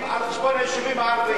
בחריש בונים על חשבון היישובים הערביים.